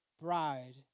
bride